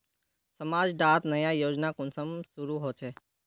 समाज डात नया योजना कुंसम शुरू होछै?